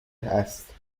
است